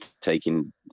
taking